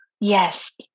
Yes